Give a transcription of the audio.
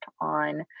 on